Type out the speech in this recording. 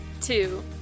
two